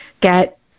get